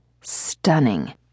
stunning